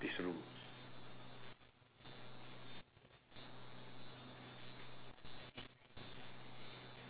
this room